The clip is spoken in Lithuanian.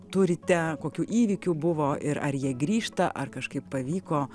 turite kokių įvykių buvo ir ar jie grįžta ar kažkaip pavyko